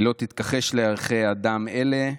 היא לא תתכחש לערכי אדם אלה,